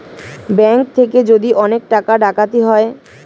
bank থেকে যদি অনেক টাকা ডাকাতি হয়